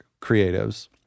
creatives